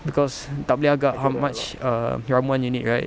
because tak boleh agak how much err ramuan you need right